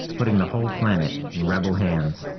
putting the whole planet in rebel hands.